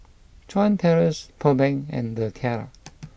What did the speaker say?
Chuan Terrace Pearl Bank and The Tiara